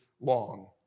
long